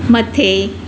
मथे